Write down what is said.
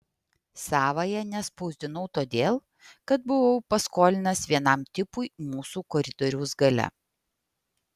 savąja nespausdinau todėl kad buvau paskolinęs vienam tipui mūsų koridoriaus gale